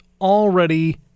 already